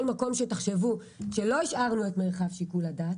מקום שתחשבו שלא השארנו את מרחב שיקול הדעת